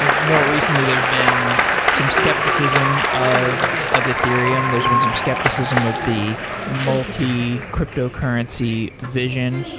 and more recently, there's been some skepticism of of ethereum. there's been some skepticism of the multi-cryptocurrency vision.